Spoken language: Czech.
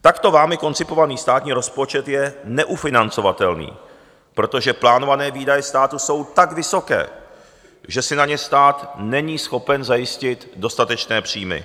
Takto vámi koncipovaný státní rozpočet je neufinancovatelný, protože plánované výdaje státu jsou tak vysoké, že si na ně stát není schopen zajistit dostatečné příjmy.